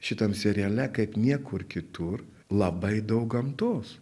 šitam seriale kaip niekur kitur labai daug gamtos